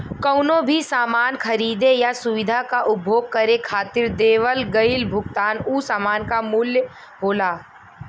कउनो भी सामान खरीदे या सुविधा क उपभोग करे खातिर देवल गइल भुगतान उ सामान क मूल्य होला